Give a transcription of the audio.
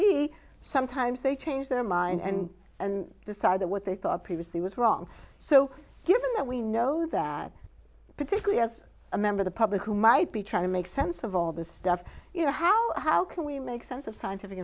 see sometimes they change their mind and decide that what they thought previously was wrong so given that we know that particularly as a member the public who might be trying to make sense of all this stuff you know how how can we make sense of scientific